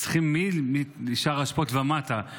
וצריכים משער האשפות ומטה,